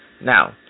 Now